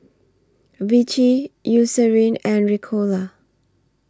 Vichy Eucerin and Ricola